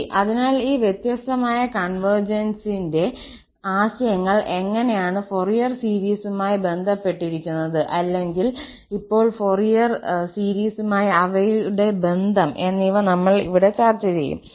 ശരി അതിനാൽ ഈ വ്യത്യസ്തമായ കോൺവെർജൻസിന്റെ ആശയങ്ങൾ എങ്ങനെയാണ് ഫൊറിയർ സീരീസുമായി ബന്ധപ്പെട്ടിരിക്കുന്നത് അല്ലെങ്കിൽ ഇപ്പോൾ ഫൊറിയർ സീരീസുമായുള്ള അവയുടെ ബന്ധം എന്നിവ നമ്മൾ ഇവിടെ ചർച്ച ചെയ്യും